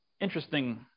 Interesting